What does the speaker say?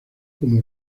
como